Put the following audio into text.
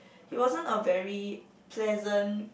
he wasn't a very pleasant